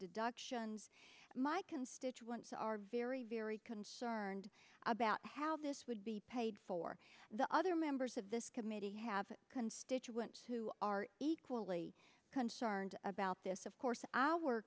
deductions my constituents are very very concerned about how this would be paid for the other members of this committee have constituents who are equally concerned about this of course our